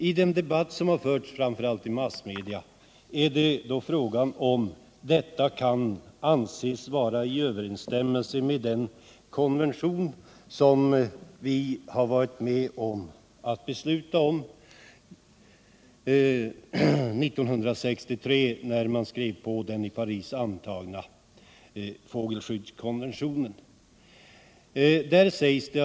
I den debatt som förts framför allt i massmedia har man då frågat sig om detta kan anses stå i överensstämmelse med den fågelskyddskonvention som vi varit med om att godkänna i Paris 1963.